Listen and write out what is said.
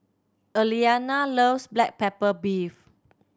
Aliana loves black pepper beef